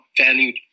valued